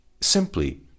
simply